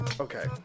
okay